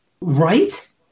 right